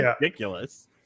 ridiculous